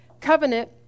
covenant